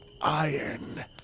iron